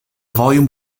volume